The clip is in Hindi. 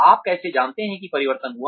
आप कैसे जानते हैं कि परिवर्तन हुआ